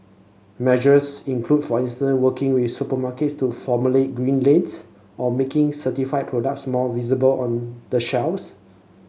measures include for instance working with supermarkets to formulate green lanes or making certified products more visible on the shelves